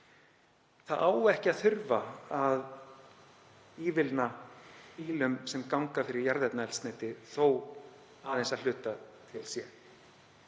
Það á ekki að þurfa að ívilna bílum sem ganga fyrir jarðefnaeldsneyti þó aðeins að hluta til sé,